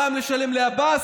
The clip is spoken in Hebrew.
פעם לשלם לעבאס,